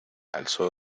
alzó